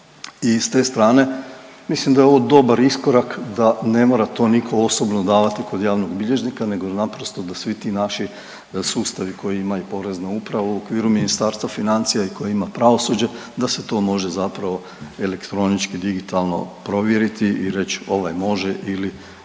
i s te strane mislim da je ovo dobar iskorak da ne mora to niko osobno davati kod javnog bilježnika nego naprosto da svi ti naši sustavi koje ima i porezna uprava u okviru Ministarstva financija i koje ima pravosuđe da se to može zapravo elektronički i digitalno provjeriti i reć ovaj može ili,